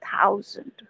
thousand